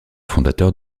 fondateur